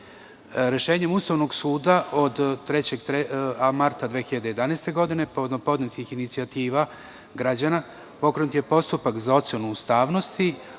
godine. Rešenjem Ustavnog suda od 3. marta 2011. godine, povodom podnetih inicijativa građana, pokrenut je postupak za ocenu ustavnosti